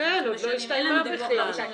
הסתיימה, בכלל.